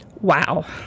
Wow